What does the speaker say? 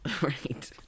Right